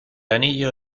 anillo